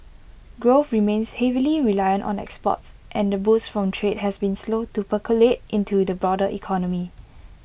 growth remains heavily reliant on exports and the boost from trade has been slow to percolate into the broader economy